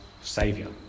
saviour